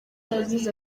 yagize